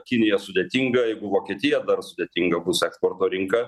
kinija sudėtinga jeigu vokietija dar sudėtinga bus eksporto rinka